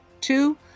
Two